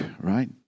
right